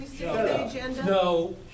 no